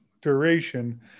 duration